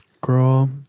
Girl